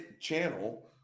channel